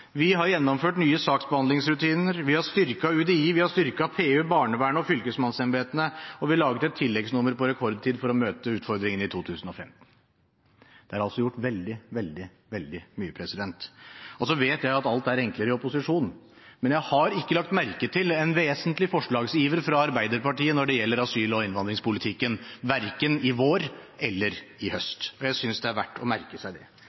vi har gjennomført nye saksbehandlingsrutiner, vi har styrket UDI, vi har styrket PU, barnevern og fylkesmannsembetene, og vi laget et tilleggsnummer på rekordtid for å møte utfordringene i 2015. Det er altså gjort veldig, veldig, veldig mye. Så vet jeg at alt er enklere i opposisjon, men jeg har ikke lagt merke til en vesentlig forslagsiver fra Arbeiderpartiet når det gjelder asyl- og innvandringspolitikken verken i vår eller i høst. Jeg synes det er verdt å merke seg det.